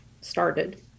started